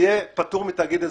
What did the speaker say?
יהיה פטור מתאגיד אזורי.